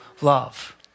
love